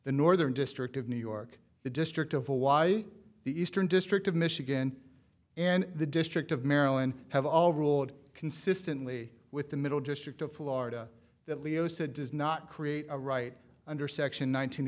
the northern district of new york the district of why the eastern district of michigan and the district of maryland have all ruled consistently with the middle district of florida that leo said does not create a right under section